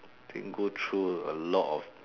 think go through a lot of